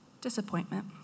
Disappointment